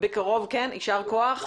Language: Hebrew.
כן, יישר כוח.